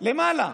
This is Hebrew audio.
למעלה,